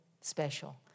special